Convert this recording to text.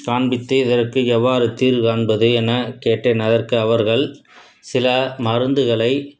காண்பித்து இதற்கு எவ்வாறு தீர்வு காண்பது எனக் கேட்டேன் அதற்கு அவர்கள் சில மருந்துகளை